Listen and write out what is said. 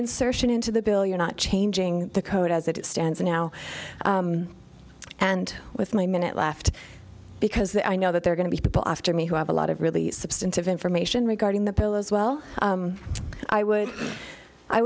insertion into the bill you're not changing the code as it stands now and with my minute left because i know that they're going to be people after me who have a lot of really substantive information regarding the bill as well i would i